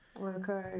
Okay